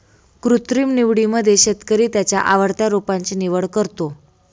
कृत्रिम निवडीमध्ये शेतकरी त्याच्या आवडत्या रोपांची निवड करतो